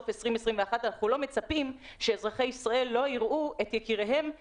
הזעקה, טוב שזה עולה ואני מקווה שזה ייפתח כבר.